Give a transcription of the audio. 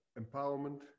empowerment